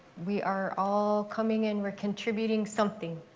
we are all coming in. we're contributing something.